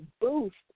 boost